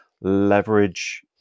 leverage